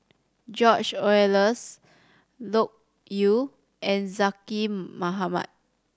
George Oehlers Loke Yew and Zaqy Mohamad